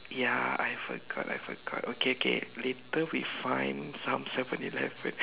ya I forgot I forgot okay okay later we find some seven eleven